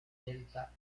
delta